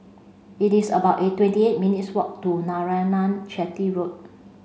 it is about eight twenty eight minutes walk to Narayanan Chetty Road